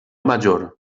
major